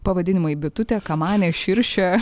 pavadinimai bitutė kamanė širšė